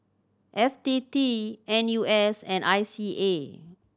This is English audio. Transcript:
F T T N U S and I C A